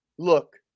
Look